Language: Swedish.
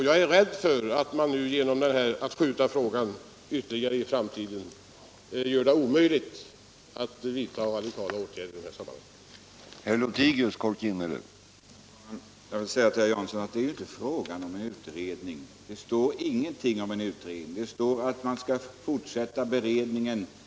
Jag är rädd för att man genom att skjuta frågan ytterligare på framtiden gör det omöjligt att vidta radikala åtgärder i det här sammanhanget.